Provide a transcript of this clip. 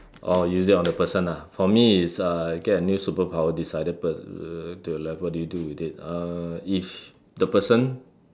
oh use it on the person lah for me is uh get a new superpower decided per~ to your left what do you do with it uh if the person